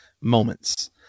moments